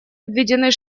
обведены